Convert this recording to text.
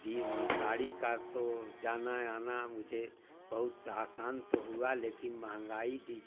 दी गाड़ी का तो जाना आना मुझे बहुत आसान तो हुआ लेकिन महँगाई दी